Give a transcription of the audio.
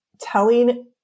telling